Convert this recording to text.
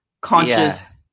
conscious